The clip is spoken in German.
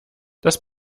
das